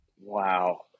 Wow